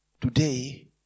Today